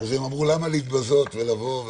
אז הם אמרו: למה להתבזות ולבוא?